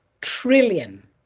trillion